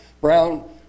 brown